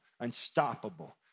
unstoppable